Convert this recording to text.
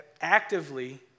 actively